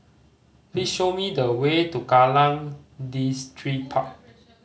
please show me the way to Kallang Distripark